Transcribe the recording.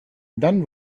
dann